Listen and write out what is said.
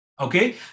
Okay